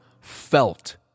felt